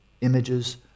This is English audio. images